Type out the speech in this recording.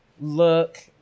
look